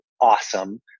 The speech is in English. awesome